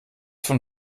von